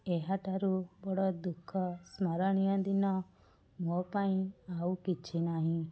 ଏହାଠାରୁ ବଡ଼ ଦୁଃଖ ସ୍ମରଣୀୟ ଦିନ ମୋ ପାଇଁ ଆଉ କିଛି ନାହିଁ